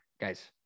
Guys